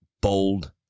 bold